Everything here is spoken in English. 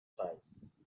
choice